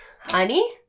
honey